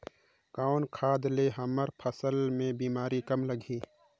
कौन खाद ले हमर फसल मे बीमारी कम लगही?